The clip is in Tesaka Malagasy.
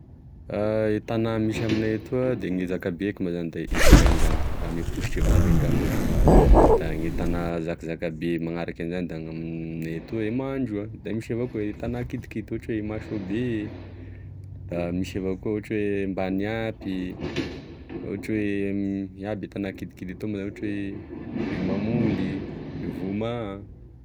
E tana misy aminay etoa da gne zakay beko moa zany da e Vangaindrano ra gne positry Vangaindrano ery da gne tana zakazaka be manarake zany da aminay etoa mandr- da misy avao koa e tagna kidikidy ohatry oe Mahasoa be, da misy avao koa ohatry oe Mbaniampy, ohatry oe ino aby moa tagna kidikidy etoa moa zany ohatry oe e Mamoly, e Vomaha.